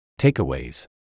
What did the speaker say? takeaways